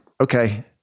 okay